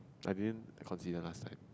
I mean I consider last time